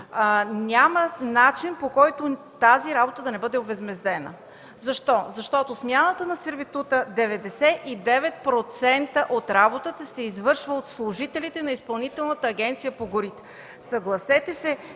няма начин, по който тази работа да не бъде овъзмездена. Защо? Защото при смяната на сервитута 99% от работата се извършва от служителите на Изпълнителната агенция по горите. Съгласете се,